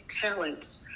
talents